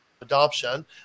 adoption